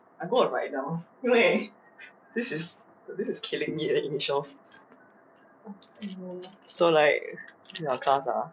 I'm gonna write down wait this is !wah! this is killing me eh the initials so like in our class ah